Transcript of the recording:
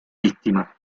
vittima